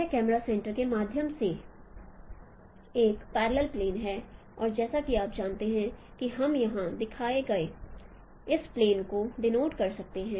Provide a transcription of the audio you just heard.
यह camera center के माध्यम से एक पैरलेल प्लेन है और जैसा कि आप जानते हैं कि हम यहां दिखाए गए इस प्लेन को डीनोट कर सकते हैं